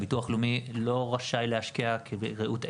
הביטוח הלאומי לא רשאי להשקיע כבראות עיניו,